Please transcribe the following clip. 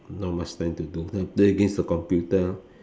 not much time to do play against the computer